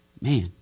man